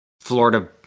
florida